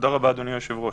תתחילו לעשות פה פרופגנדה.